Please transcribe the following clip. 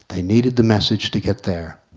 they needed the message to get there.